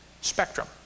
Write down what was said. spectrum